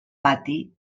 pati